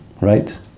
right